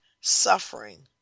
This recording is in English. suffering